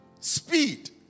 speed